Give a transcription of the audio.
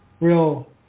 real